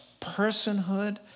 personhood